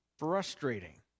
frustrating